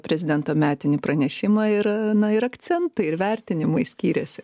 prezidento metinį pranešimą ir na ir akcentai ir vertinimai skyrėsi